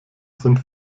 sind